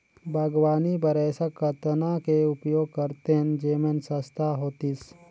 बागवानी बर ऐसा कतना के उपयोग करतेन जेमन सस्ता होतीस?